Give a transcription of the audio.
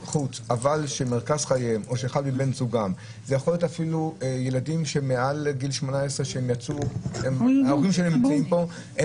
זה יכול להיות אפילו ילדים שהם מעל גיל 18 שההורים שלהם נמצאים פה.